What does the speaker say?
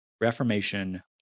reformation